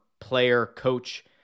player-coach